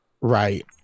right